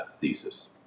thesis